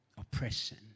oppression